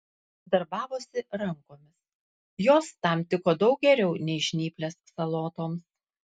darbavosi rankomis jos tam tiko daug geriau nei žnyplės salotoms